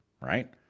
right